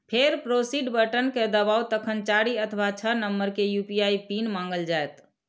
फेर proceed button कें दबाउ, तखन चारि अथवा छह नंबर के यू.पी.आई पिन मांगल जायत